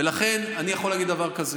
לכן אני יכול להגיד דבר כזה: